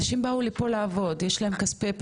אנשים באו לפה לעבוד, יש להם כספי פיקדון,